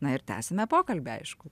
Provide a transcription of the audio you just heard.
na ir tęsiame pokalbį aišku